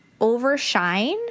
overshine